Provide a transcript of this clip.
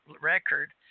record